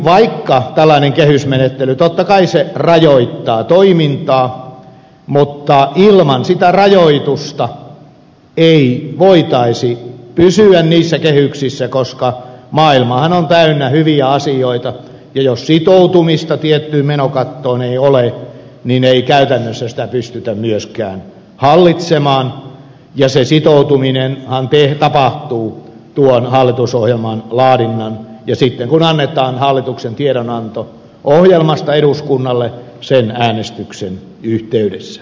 vaikka tällainen kehysmenettely totta kai rajoittaa toimintaa kuitenkaan ilman sitä rajoitusta ei voitaisi pysyä niissä kehyksissä koska maailmahan on täynnä hyviä asioita ja jos sitoutumista tiettyyn menokattoon ei ole niin ei käytännössä sitä pystytä myöskään hallitsemaan ja se sitoutuminenhan tapahtuu hallitusohjelman laadinnan ja sitten kun annetaan hallituksen tiedonanto ohjelmasta eduskunnalle äänestyksen yhteydessä